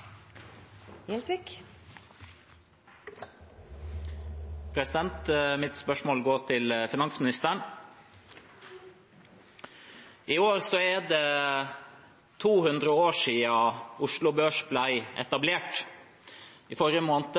år er det 200 år siden Oslo Børs ble etablert. I forrige måned